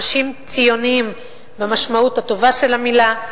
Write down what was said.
אנשים ציונים במשמעות הטובה של המלה,